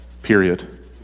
Period